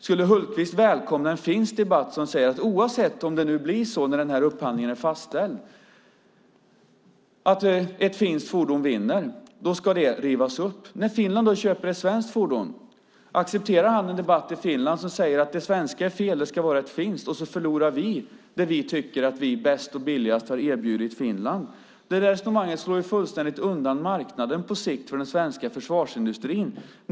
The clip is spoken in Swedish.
Skulle Hultqvist välkomna en finsk debatt som säger att oavsett om det blir så när upphandlingen är fastställd att ett finskt fordon vinner ska det rivas upp? När Finland köper ett svenskt fordon accepterar han en debatt i Finland som säger att det svenska är fel, det ska vara ett finskt fordon? Då förlorar vi det vi tycker att vi bäst och billigast har erbjudit Finland. Det resonemanget slår fullständigt undan marknaden på sikt för den svenska försvarsindustrin.